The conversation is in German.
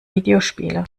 videospiele